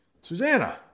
Susanna